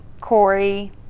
Corey